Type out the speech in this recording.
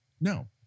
No